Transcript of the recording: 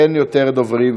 אין עוד דוברים,